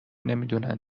نمیدونن